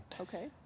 okay